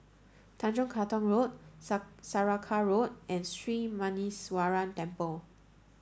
Tanjong Katong Road Saraca Road and Sri Muneeswaran Temple